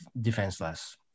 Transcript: defenseless